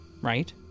right